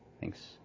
Thanks